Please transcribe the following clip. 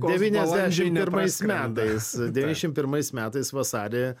devyniasdešimt pirmais metais devyniasdešimt pirmais metais vasarį